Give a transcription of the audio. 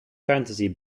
fantasy